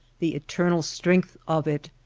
the eternal strength of it,